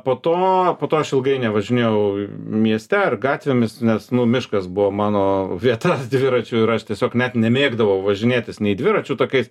po to po to aš ilgai nevažinėjau mieste ar gatvėmis nes nu miškas buvo mano vieta dviračiui ir aš tiesiog net nemėgdavau važinėtis nei dviračių takais